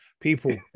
People